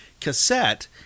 cassette